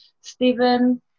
Stephen